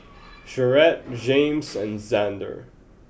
Jarett Jaymes and Xander